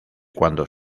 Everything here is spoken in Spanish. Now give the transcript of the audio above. cuándo